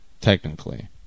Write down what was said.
technically